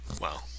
Wow